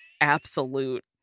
absolute